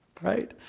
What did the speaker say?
right